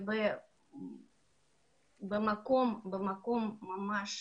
במקום ממש